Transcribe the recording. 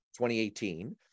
2018